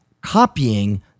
copying